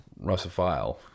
Russophile